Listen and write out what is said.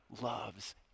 loves